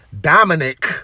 Dominic